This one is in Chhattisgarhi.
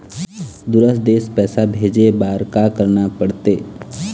दुसर देश पैसा भेजे बार का करना पड़ते?